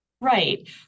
Right